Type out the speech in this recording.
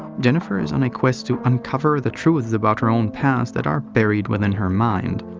jennifer is on a quest to uncover the truths about her own past that are buried within her mind.